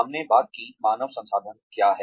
हमने बात की मानव संसाधन क्या है